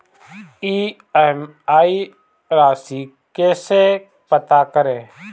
EMI राशि कैसे पता करें?